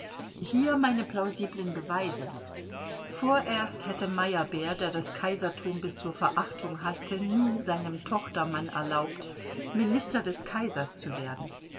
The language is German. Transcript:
hier meine plausiblen beweise vorerst hätte meyerbeer der das kaisertum bis zur verachtung haßte nie seinem tochtermann erlaubt minister des kaisers zu werden